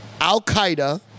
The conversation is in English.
Al-Qaeda